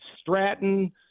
Stratton